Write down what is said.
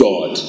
God